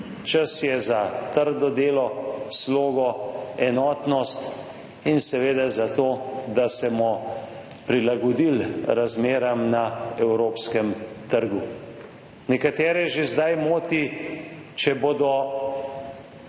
Čas je za trdo delo, slogo, enotnost in seveda za to, da se bomo prilagodili razmeram na evropskem trgu. Nekatere že zdaj moti, če bodo